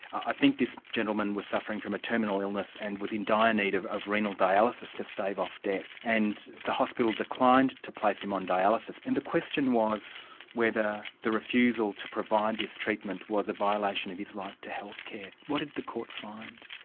i think this gentleman was suffering from a terminal illness and was in dire need of of renal dialysis to stave off death. and the hospital declined to place him on dialysis, and the question was whether the refusal to provide this treatment was a violation of his right to healthcare. what did the court find?